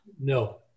No